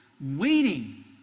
waiting